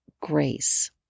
grace